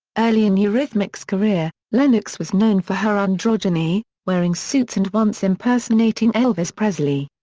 early in eurythmics' career, lennox was known for her androgyny, wearing suits and once impersonating elvis presley.